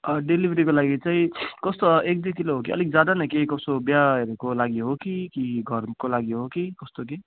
डेलिभरीको लागि चाहिँ कस्तो एक दुई किलो हो कि अलिक ज्यादा नै कि कसको बिहाहरूको लागि हो कि कि घरको लागि हो कि कस्तो के